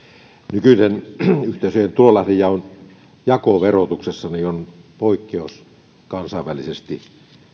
nykyinen yhteisöjen tulolähteiden jako verotuksessa on poikkeus kansainvälisesti